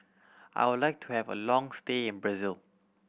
I would like to have a long stay in Brazil